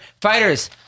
Fighters